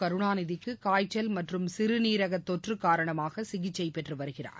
கருணாநிதிக்கு காய்ச்சல் மற்றும் சிறுநீரக தொற்று காரணமாக சிகிச்சை பெற்று வருகிறார்